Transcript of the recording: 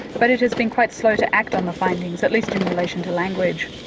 but it has been quite slow to act on the findings at least in relation to language.